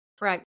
Right